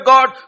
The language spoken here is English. God